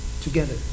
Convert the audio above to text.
together